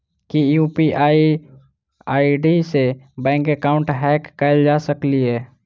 की UPI ID सऽ bank account hack कैल जा सकलिये?